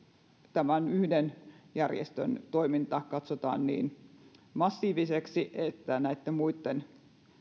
tämän yhden järjestön toiminta katsotaan niin massiiviseksi että muitten